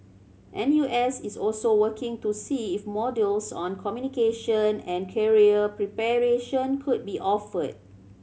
N U S is also working to see if modules on communication and career preparation could be offered